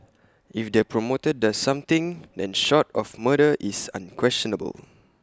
if the promoter does something then short of murder it's unquestionable